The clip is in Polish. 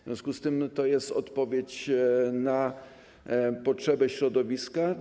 W związku z tym to jest odpowiedź na potrzebę środowiska.